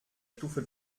stufe